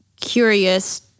curious